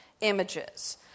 images